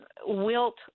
wilt